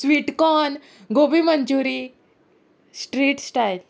sweet corn gobi मंचुरी street style